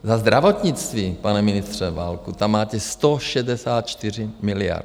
Za zdravotnictví, pane ministře Válku, tam máte 164 miliard.